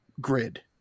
grid